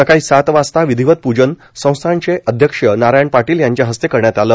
सकाळी सात वाजता विधिवत पूजन संस्थांचे अध्यक्ष नारायण पाटील यांच्या हस्ते करण्यात आले